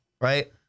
Right